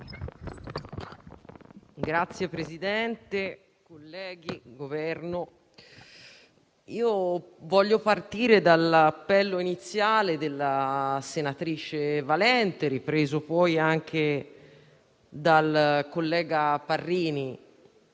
Signor Presidente, colleghi, Governo, voglio partire dall'appello iniziale della senatrice Valente, ripreso poi dal collega Parrini,